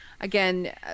again